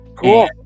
Cool